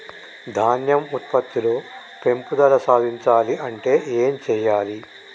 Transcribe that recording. ధాన్యం ఉత్పత్తి లో పెంపుదల సాధించాలి అంటే ఏం చెయ్యాలి?